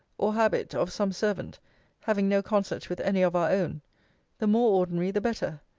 or habit, of some servant having no concert with any of our own the more ordinary the better.